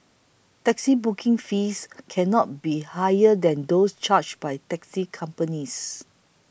taxi booking fees cannot be higher than those charged by taxi companies